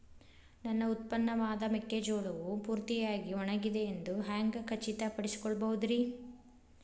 ನನ್ನ ಉತ್ಪನ್ನವಾದ ಮೆಕ್ಕೆಜೋಳವು ಪೂರ್ತಿಯಾಗಿ ಒಣಗಿದೆ ಎಂದು ಹ್ಯಾಂಗ ಖಚಿತ ಪಡಿಸಿಕೊಳ್ಳಬಹುದರೇ?